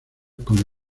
con